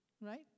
right